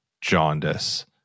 jaundice